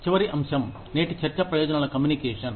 చివరి అంశం నేటి చర్చ ప్రయోజనాల కమ్యూనికేషన్